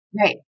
right